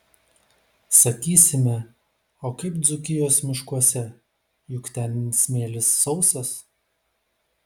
sakysime o kaip dzūkijos miškuose juk ten smėlis sausas